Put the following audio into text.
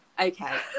Okay